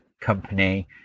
company